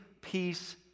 peace